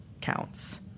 counts